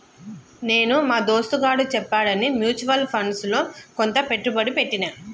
నేను మా దోస్తుగాడు చెప్పాడని మ్యూచువల్ ఫండ్స్ లో కొంత పెట్టుబడి పెట్టిన